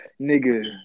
nigga